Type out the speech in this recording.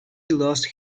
lost